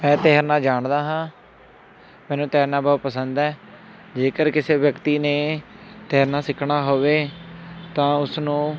ਮੈਂ ਤੈਰਨਾ ਜਾਣਦਾ ਹਾਂ ਮੈਨੂੰ ਤੈਰਨਾ ਬਹੁਤ ਪਸੰਦ ਹੈ ਜੇਕਰ ਕਿਸੇ ਵਿਅਕਤੀ ਨੇ ਤੇੈਰਨਾ ਸਿੱਖਣਾ ਹੋਵੇ ਤਾਂ ਉਸਨੂੰ